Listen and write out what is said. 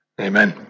Amen